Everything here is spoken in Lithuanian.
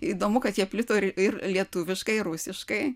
įdomu kad jie plito ir lietuviškai ir rusiškai